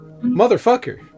motherfucker